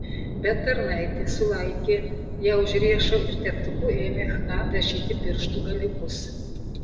bet tarnaitė sulaikė ją už riešo ir teptuku ėmė chna dažyti pirštų galiukus